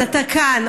אז אתה כאן.